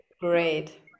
Great